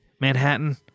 Manhattan